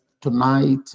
Tonight